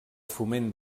foment